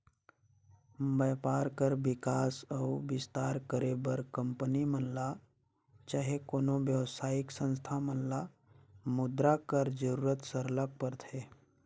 बयपार कर बिकास अउ बिस्तार करे बर कंपनी मन ल चहे कोनो बेवसायिक संस्था मन ल मुद्रा कर जरूरत सरलग परथे